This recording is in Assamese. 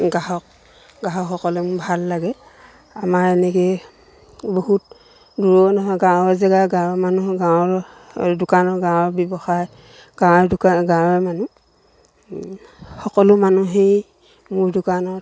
গ্ৰাহক গ্ৰাহকসকলে মোৰ ভাল লাগে আমাৰ এনেকৈয়ে বহুত দূৰৰো নহয় গাঁৱৰ জেগা গাঁৱৰ মানুহৰ গাঁৱৰ দোকানৰ গাঁৱৰ ব্যৱসায় গাঁৱৰে দোকান গাঁৱৰে মানুহ সকলো মানুহেই মোৰ দোকানত